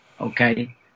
Okay